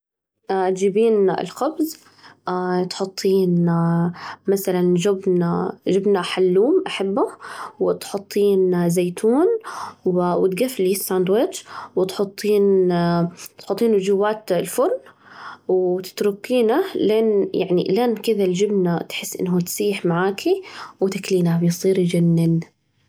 تجيبين الخبز وتحطين مثلاً جبن جبنة حلوم أحبه، وتحطين زيتون وتجفلي الساندويتش، وتحطين تحطينه جوات الفرن، وتتركينه لين يعني لين كده الجبنة تحس إنها تسيح معاكي و تأكلينه بيصير يجنن.